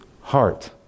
heart